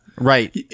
Right